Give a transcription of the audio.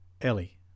Ellie